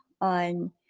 on